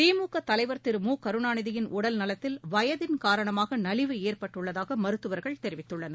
திமுக தலைவர் திரு மு கருணாநிதியின் உடல் நலத்தில் வயதின் காரணமாக நலிவு ஏற்பட்டுள்ளதாக மருத்துவர்கள் தெரிவித்துள்ளனர்